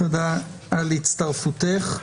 תודה על הצטרפותך.